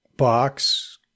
box